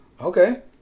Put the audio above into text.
Okay